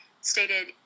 stated